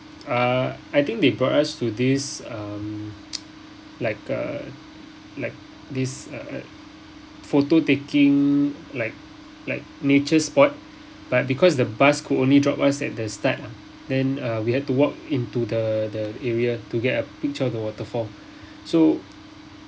ah I think they brought us to this um like a like this uh uh photo-taking like like nature spot but because the bus could only drop us at the start lah then uh we had to walk into the the area to get a picture of the waterfall so